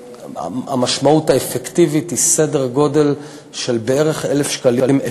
המשמעות האפקטיבית היא סדר גודל של בערך 1,000 שקלים,